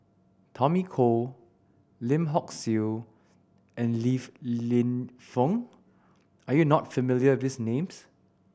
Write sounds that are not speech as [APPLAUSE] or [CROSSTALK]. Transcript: Tommy Koh Lim Hock Siew and Li [UNINTELLIGIBLE] Lienfung are you not familiar these names